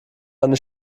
eine